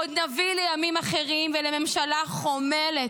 עוד נביא לימים אחרים ולממשלה חומלת,